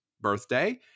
birthday